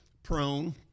prone